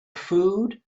food